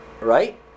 right